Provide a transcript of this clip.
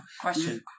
Question